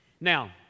Now